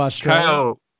Kyle